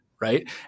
right